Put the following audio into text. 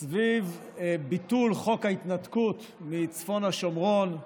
סביב ביטול חוק ההתנתקות מצפון השומרון.